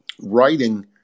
writing